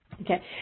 okay